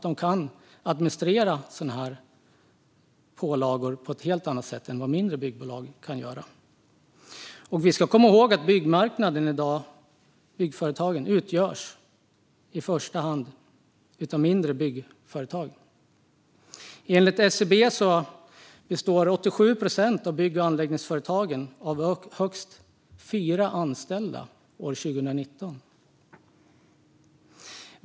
De kan administrera sådana pålagor på ett helt annat sätt än vad mindre byggbolag kan göra. Vi ska komma ihåg att byggföretagen på byggmarknaden i dag i första hand utgörs av mindre byggföretag. År 2019 bestod, enligt SCB, 87 procent av bygg och anläggningsföretagen av företag med högst fyra anställda.